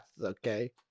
Okay